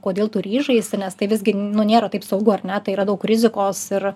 kodėl tu ryžaisi nes tai visgi nu nėra taip saugu ar ne tai yra daug rizikos ir